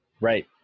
Right